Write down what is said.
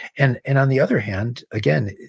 and and on the other hand, again,